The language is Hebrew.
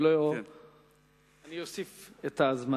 ולכן אני אוסיף את הזמן הזה.